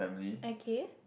okay